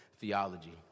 theology